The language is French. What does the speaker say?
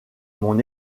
mon